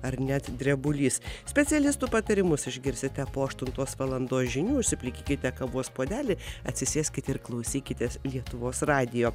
ar net drebulys specialistų patarimus išgirsite po aštuntos valandos žinių užsiplikykite kavos puodelį atsisėskit ir klausykitės lietuvos radijo